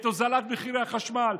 את הוזלת החשמל,